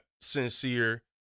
sincere